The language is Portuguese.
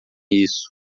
isso